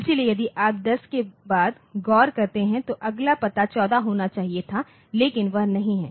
इसलिए यदि आप 10 के बाद गौर करते हैं तो अगला पता 14 होना चाहिए था लेकिन वह नहीं है